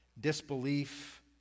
disbelief